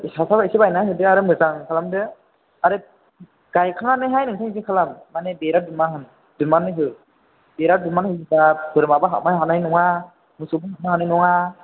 हासार एसे बायनानै होदो आरो मोजां खालामदो आरो गायखांनानैहाय नोंथाङा बिदि खालाम मानि बेरा दुमना हो बेरा दुमना होब्ला बोरमाबो हाबनो हानाय नङा मोसौबो हाबनो हानाय नङा